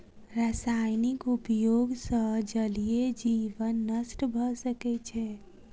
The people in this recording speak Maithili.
रासायनिक उपयोग सॅ जलीय जीवन नष्ट भ सकै छै